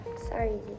Sorry